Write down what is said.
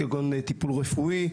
כגון: טיפול רפואי,